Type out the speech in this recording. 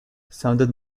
sounded